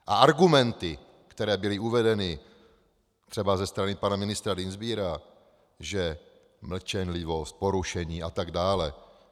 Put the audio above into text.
A argumenty, které byly uvedeny třeba ze strany pana ministra Dienstbiera, že mlčenlivost, porušení a tak dále...